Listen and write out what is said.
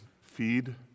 feed